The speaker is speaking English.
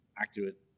accurate